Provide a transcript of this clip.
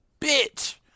bitch